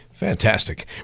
fantastic